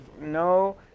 no